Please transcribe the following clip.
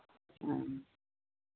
हँ